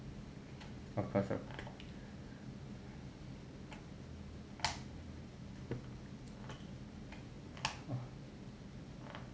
of course